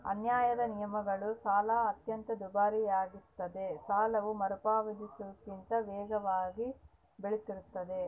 ಅನ್ಯಾಯದ ನಿಯಮಗಳು ಸಾಲ ಅತ್ಯಂತ ದುಬಾರಿಯಾಗಿಸ್ತದ ಸಾಲವು ಮರುಪಾವತಿಸುವುದಕ್ಕಿಂತ ವೇಗವಾಗಿ ಬೆಳಿತಿರ್ತಾದ